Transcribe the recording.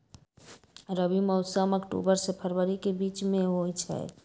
रबी मौसम अक्टूबर से फ़रवरी के बीच में होई छई